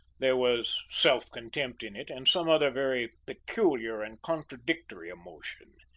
there was self-contempt in it, and some other very peculiar and contradictory emotion.